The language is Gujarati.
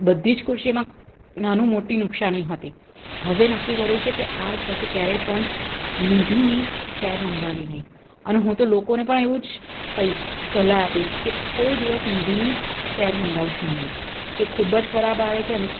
બધી જ ખુરશીમાં નાનું મોટી નુકસાની હતી હવે નક્કી કર્યું છે કે આજ પછી ક્યારેય પણ નિધીની ચેર મંગાવવી નહીં અને હું તો લોકોને પણ એવું જ કહીશ સલાહ આપીશ કે કોઈ દિવસ નિધિની ચેર મંગાવશો નહીં જે ખૂબ જ ખરાબ આવે છે અને